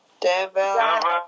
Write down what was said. devil